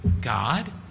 God